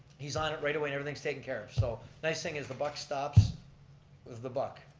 he's on it right away and everything's taken care of. so nice thing is the buck stops with the buck.